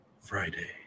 Friday